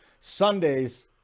Sundays